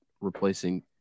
replacing